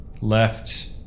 left